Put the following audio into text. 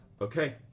Okay